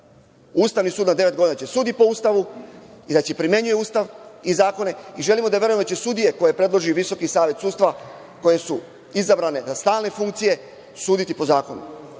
Ustavni sud na devet godina će da sudi po Ustavu i da će da primenjuje Ustav i zakone i želimo da verujemo da će sudije koje predloži Visoki savet sudstva, koje su izabrane na stalne funkcije, suditi po zakonu.